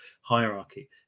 hierarchy